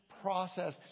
process